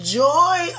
joy